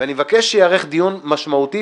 שאני מבקש שייערך דיון משמעותי,